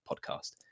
podcast